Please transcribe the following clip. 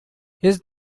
his